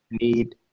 need